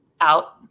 out